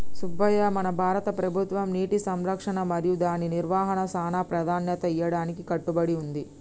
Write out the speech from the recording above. సుబ్బయ్య మన భారత ప్రభుత్వం నీటి సంరక్షణ మరియు దాని నిర్వాహనకు సానా ప్రదాన్యత ఇయ్యడానికి కట్టబడి ఉంది